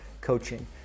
coaching